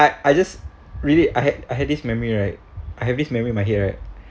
I just really I had I had this memory right I have this memory my head right